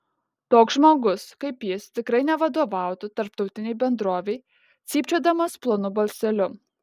toks žmogus kaip jis tikrai nevadovautų tarptautinei bendrovei cypčiodamas plonu balseliu